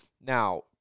Now